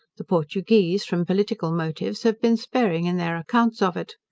the portugueze, from political motives, have been sparing in their accounts of it.